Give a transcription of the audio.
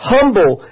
Humble